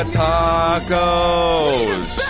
tacos